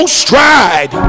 stride